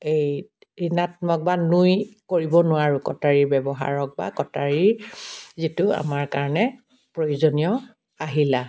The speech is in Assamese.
এই ঋণাত্মক বা নুই কৰিব নোৱাৰো কটাৰীৰ ব্যৱহাৰক বা কটাৰীৰ যিটো আমাৰ কাৰণে প্ৰয়োজনীয় আহিলা